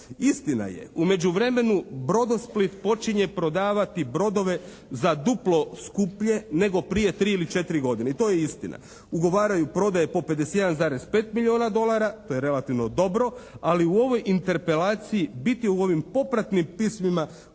Istina je, u međuvremenu Brodosplit počinje prodavati brodove za duplo skuplje nego prije 3 ili 4 godine. I to je istina. Ugovaraju prodaje po 51,5 milijuna dolara, to je relativno dobro. Ali u ovoj interpelaciji biti u ovim popratnim pismima